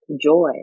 joy